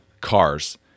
cars